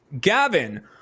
Gavin